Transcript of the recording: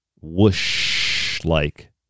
whoosh-like